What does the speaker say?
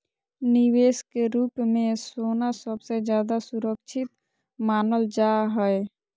निवेश के रूप मे सोना सबसे ज्यादा सुरक्षित मानल जा हय